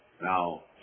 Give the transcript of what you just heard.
Now